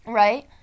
right